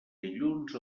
dilluns